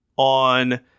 on